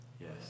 yes